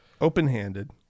Open-handed